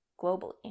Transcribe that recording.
globally